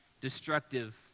destructive